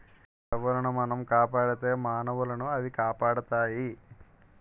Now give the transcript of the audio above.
అడవులను మనం కాపాడితే మానవులనవి కాపాడుతాయి